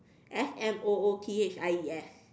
S M O O T H I E S